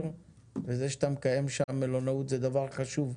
וזה שאתה מקיים שם מלונאות זה דבר חשוב.